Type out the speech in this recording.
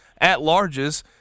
at-larges